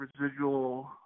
residual